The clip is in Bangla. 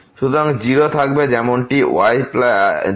সুতরাং 0 থাকবে যেমনটি 0Δy